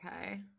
Okay